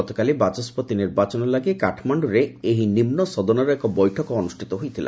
ଗତକାଲି ବାଚସ୍କତି ନିର୍ବାଚନ ଲାଗି କାଠମାଣ୍ଡୁରେ ଏହି ନିମୁସଦନର ଏକ ବୈଠକ ଅନୁଷ୍ଠିତ ହୋଇଥିଲା